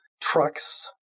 trucks